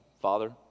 Father